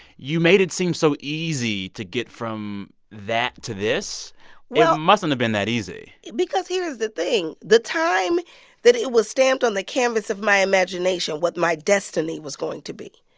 you made it seem so easy to get from that to this well. it mustn't have been that easy because here's the thing the time that it was stamped on the canvas of my imagination, what my destiny was going to be,